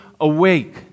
awake